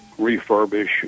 refurbish